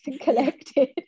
collected